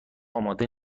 آماده